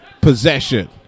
possession